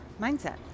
mindset